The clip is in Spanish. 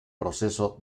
proceso